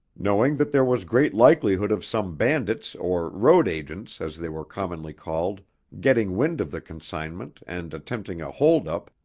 knowing that there was great likelihood of some bandits or road agents as they were commonly called getting wind of the consignment and attempting a holdup,